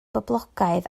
boblogaidd